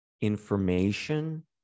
information